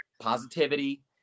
positivity